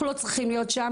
אנחנו לא צריכים להיות שם,